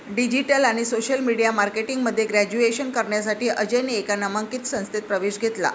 digital आणि social media marketing मध्ये graduation करण्यासाठी अजयने एका नामांकित संस्थेत प्रवेश घेतला